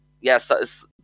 yes